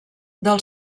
del